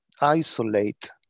isolate